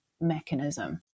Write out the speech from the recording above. mechanism